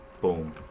Boom